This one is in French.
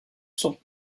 cent